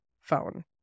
phone